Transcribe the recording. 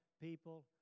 people